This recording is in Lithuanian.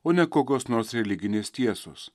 o ne kokios nors religinės tiesos